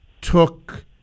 took